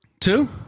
two